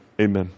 Amen